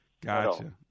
Gotcha